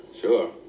sure